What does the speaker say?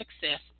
success